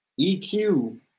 EQ